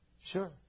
Sure